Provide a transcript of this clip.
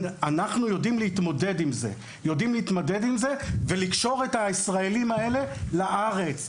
אנחנו יודעים להתמודד עם זה ולקשור את הישראלים האלה לארץ.